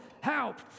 help